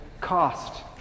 cost